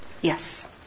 Yes